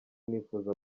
nifuza